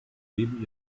weben